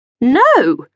No